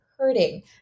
hurting